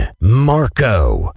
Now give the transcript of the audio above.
Marco